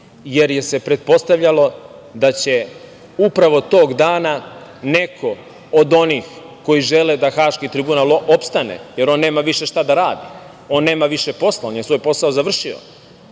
jer je se pretpostavljalo da će upravo tog dana, neko od onih, koji žele da Haški tribunal opstane, jer on nema više šta da radi, on nema više posla, on je svoj posao završio,